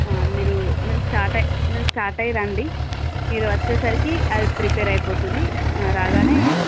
మీరు మీరు స్టార్ట్ అయ్యి మీరు స్టార్ట్ అయ్యి రండి మీరు వచ్చేసరికి అది ప్రిపేర్ అయిపోతుంది రాగానే